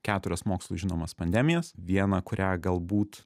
keturias mokslui žinomas pandemijas vieną kurią galbūt